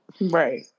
Right